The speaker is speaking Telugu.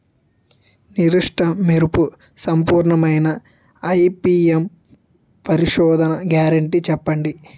నిర్దిష్ట మెరుపు సంపూర్ణమైన ఐ.పీ.ఎం పరిశోధన గ్యారంటీ చెప్పండి?